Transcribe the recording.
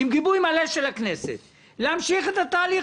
עם גיבוי מלא של הכנסת להמשיך את התהליך